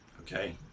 Okay